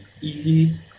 easy